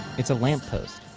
it's a lamp post.